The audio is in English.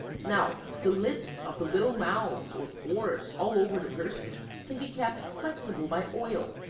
now the lips of the little mouths or pores all over the person can be kept flexible by oil,